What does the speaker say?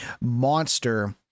monster